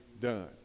done